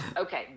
okay